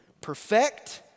perfect